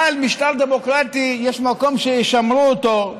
אבל משטר דמוקרטי, יש מקום שישמרו אותו,